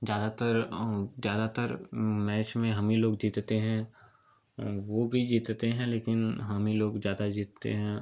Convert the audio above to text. ज़्यादातर ज़्यादातर मैच में हम ही लोग जीतते हैं वे भी जीतते हैं लेकिन हम ही लोग ज़्यादा जीतते हैं